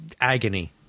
agony